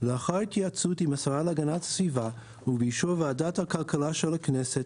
לאחר התייעצות עם השרה להגנת הסביבה ובאישור ועדת הכלכלה של הכנסת,